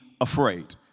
afraid